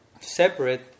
separate